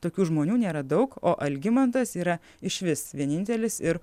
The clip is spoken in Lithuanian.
tokių žmonių nėra daug o algimantas yra išvis vienintelis ir